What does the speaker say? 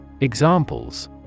Examples